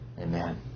Amen